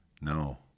no